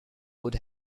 would